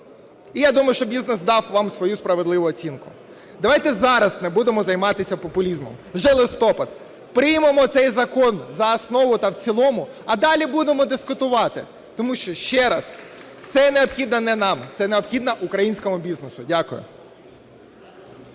Я думаю, що бізнес дав вам свою справедливу оцінку. Давайте зараз не будемо займатися популізмом, вже листопад, приймемо цей закон за основу та в цілому, а далі будемо дискутувати, тому що ще раз, це необхідно не нам, це необхідно українському бізнесу. Дякую.